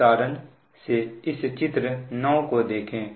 इस कारण से इस चित्र 9 को देखें